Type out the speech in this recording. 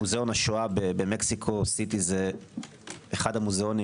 מוזיאון השואה במקסיקו סיטי זה אחד המוזיאונים